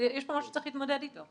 יש פה משהו שצריך להתמודד אתו,